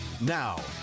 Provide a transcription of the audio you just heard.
Now